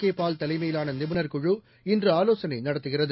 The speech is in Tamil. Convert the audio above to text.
கேபால் தலைமையிலானநிபுணர் குழு இன்றுஆலோசனைநடத்துகிறது